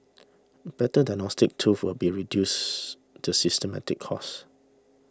better diagnostics tools will be reduce the systemic cost